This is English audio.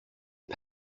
and